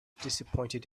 disappointed